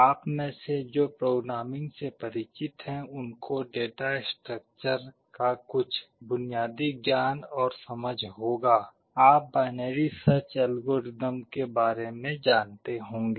आप में से जो प्रोग्रामिंग से परिचित हैं उनको डाटा स्ट्रक्चर का कुछ बुनियादी ज्ञान और समझ होगा आप बाइनरी सर्च एल्गोरिदम के बारे में जानते होंगे